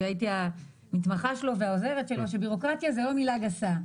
שהייתי המתמחה והעוזרת שלו שבירוקרטיה זה לא מילה גסה.